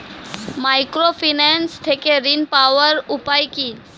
Microfinance থেকে ঋণ পাওয়ার উপায় কি?